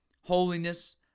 holiness